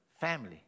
family